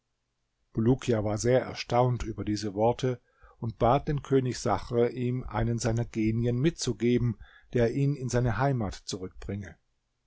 bulukia war sehr erstaunt über diese worte und bat den könig sachr ihm einen seiner genien mitzugeben der ihn in seine heimat